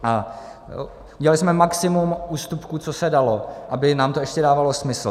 A udělali jsme maximum ústupků, co se dalo, aby nám to ještě dávalo smysl.